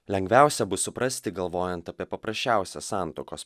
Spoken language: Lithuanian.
lengviausia bus suprasti galvojant apie paprasčiausią santuokos